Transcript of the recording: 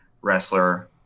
wrestler